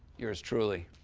yours truly.